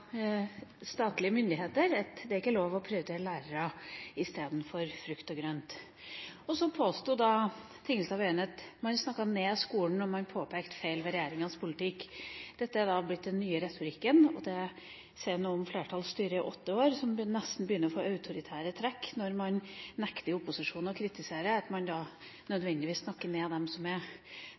statlige myndigheter om at det ikke er lov til å prioritere lærere istedenfor frukt og grønt. Så påsto Tingelstad Wøien at man snakket ned skolen når man påpekte feil ved regjeringas politikk. Dette er blitt den nye retorikken, og det sier noe om et flertallsstyre som etter åtte år nesten begynner å få autoritære trekk når de nekter opposisjonen å kritisere – og sier at man da nødvendigvis snakker